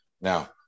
Now